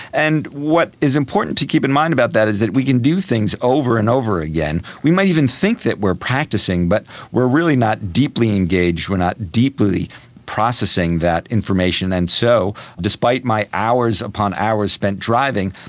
and what is important to keep in mind about that is we can do things over and over again. we may even think that we are practising but we are really not deeply engaged, we are not a deeply processing that information. and so, despite my hours upon hours spent driving,